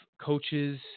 coaches